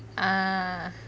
ah